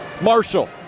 marshall